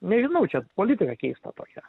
nežinau čia politika keista tokia